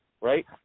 right